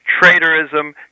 traitorism